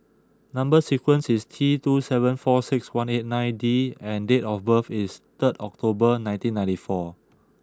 number sequence is T two seven four six one eight nine D and date of birth is third October nineteen ninety four